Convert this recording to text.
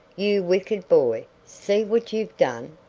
you wicked boy, see what you've done.